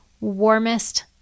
warmest